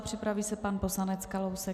Připraví se pan poslanec Kalousek.